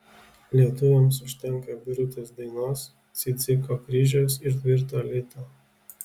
lietuviams užtenka birutės dainos cidziko kryžiaus ir tvirto lito